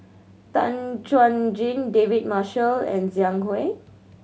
Tan Chuan Jin David Marshall and Zhang Hui